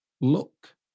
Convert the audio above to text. look